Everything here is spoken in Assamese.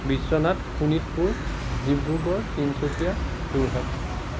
বিশ্ৱনাথ শোণিতপুৰ ডিব্ৰুগড় তিনিচুকীয়া যোৰহাট